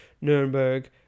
Nuremberg